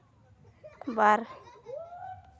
ᱵᱟᱨ